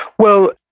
well,